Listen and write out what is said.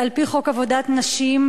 על-פי חוק עבודת נשים,